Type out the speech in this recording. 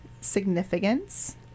significance